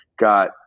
got